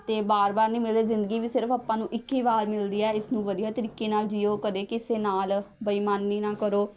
ਅਤੇ ਵਾਰ ਵਾਰ ਨਹੀਂ ਮਿਲਦੇ ਜ਼ਿੰਦਗੀ ਵੀ ਸਿਰਫ਼ ਆਪਾਂ ਨੂੰ ਇੱਕ ਹੀ ਵਾਰ ਮਿਲਦੀ ਹੈ ਇਸਨੂੰ ਵਧੀਆ ਤਰੀਕੇ ਨਾਲ਼ ਜੀਓ ਕਦੇ ਕਿਸੇ ਨਾਲ਼ ਬੇਇਮਾਨੀ ਨਾ ਕਰੋ